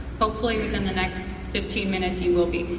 hopefully within the next fifteen minutes, you will be.